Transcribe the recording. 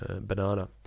banana